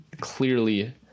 clearly